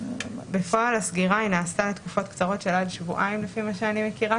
בפועל הסגירה נעשתה לתקופות קצרות של עד שבועיים לפי מה שאני מכירה,